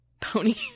Pony